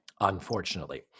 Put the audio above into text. unfortunately